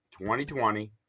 2020